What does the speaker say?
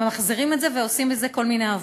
ממחזרים את זה ועושים מזה כל מיני עבודות.